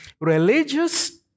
religious